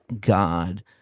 god